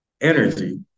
energy